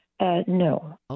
No